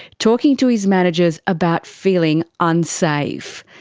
talking to his managers about feeling unsafe.